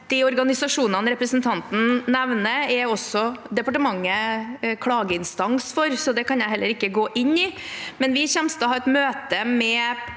De organisasjonene representanten nevner, er departementet klageinstans for, så det kan jeg heller ikke gå inn i. Vi kommer til å ha et møte med